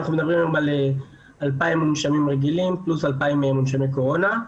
אנחנו מדברים היום על 2,000 מונשמים רגילים פלוס 2,000 מונשמי קורונה.